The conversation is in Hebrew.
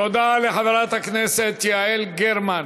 תודה לחברת הכנסת יעל גרמן.